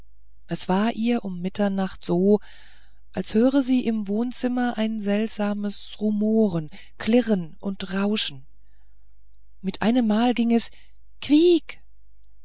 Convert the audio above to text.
es war ihr um mitternacht so als höre sie im wohnzimmer ein seltsames rumoren klirren und rauschen mit einemmal ging es quiek